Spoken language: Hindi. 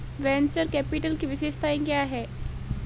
वेन्चर कैपिटल की विशेषताएं क्या हैं?